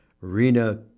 Rina